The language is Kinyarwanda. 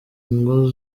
ngo